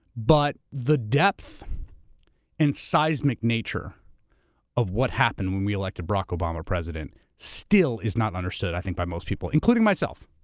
but the depth and seismic nature of what happened when we elected barack obama president still is not understood, i think, by most people, including myself.